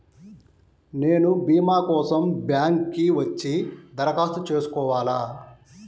నేను భీమా కోసం బ్యాంక్కి వచ్చి దరఖాస్తు చేసుకోవాలా?